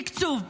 תקצוב,